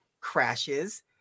crashes